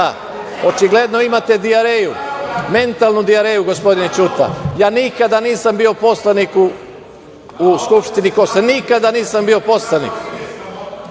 Očigledno imate dijareju, mentalnu dijareju, gospodine Ćuto. Ja nikada nisam bio poslanik u Skupštini Kosova. Nikada nisam bio poslanik,